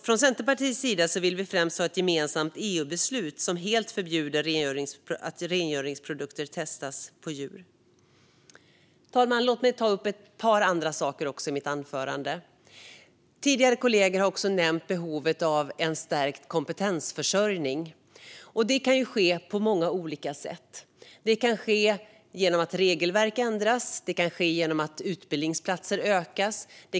Från Centerpartiets sida vill vi främst ha ett gemensamt EU-beslut som helt förbjuder att rengöringsprodukter testas på djur. Fru talman! Låt mig ta upp ett par andra saker i mitt anförande. Kollegor har tidigare nämnt behovet av en stärkt kompetensförsörjning. Det kan ske på många olika sätt. Det kan ske genom att regelverk ändras. Det kan ske genom att antalet utbildningsplatser ökas.